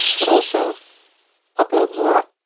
but also upload more.